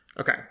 okay